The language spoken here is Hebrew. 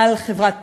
על חברת "פריגו",